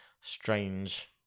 strange